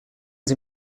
sie